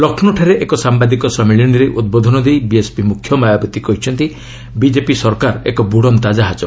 ଲକ୍ଷ୍ରୌଠାରେ ଏକ ସାମ୍ବାଦିକ ସମ୍ମିଳନୀରେ ଉଦ୍ବୋଧନ ଦେଇ ବିଏସ୍ପି ମୁଖ୍ୟ ମାୟାବତୀ କହିଛନ୍ତି ବିଜେପି ସରକାର ଏକ ବ୍ୟୁନ୍ତା ଜାହାଜ